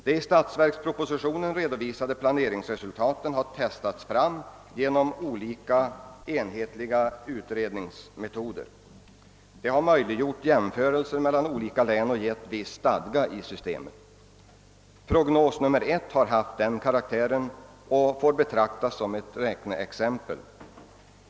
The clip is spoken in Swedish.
De i statsverkspropositionen publicerade resultaten har testats fram genom olika enhetliga utredningsmetoder. Dettar har möjliggjort jämförelser mellan olika län och givit viss stadga åt systemet. Prognos 1 har den karaktären och får betraktas som ett räkneexempel.